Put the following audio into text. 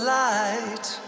light